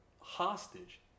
hostage